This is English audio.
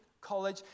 College